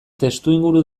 testuinguru